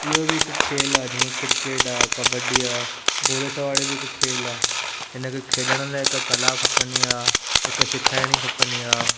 इहो बि हिकु खेल आहे जीअं क्रिकेट आहे कबडी आहे घोड़ी जी सवारी बि हिकु खेल आहे हिन खे खेॾण लाइ हिकु कला खपंदी आहे हिकु सेखारिणी खपंदी आहे